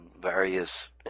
various